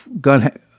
gun